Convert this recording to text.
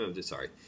sorry